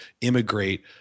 immigrate